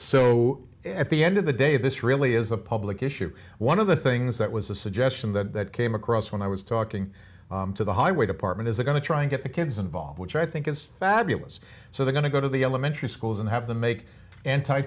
so at the end of the day this really is a public issue one of the things that was a suggestion that came across when i was talking to the highway department is going to try and get the kids involved which i think is fabulous so they're going to go to the elementary schools and have them make anti